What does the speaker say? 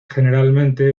generalmente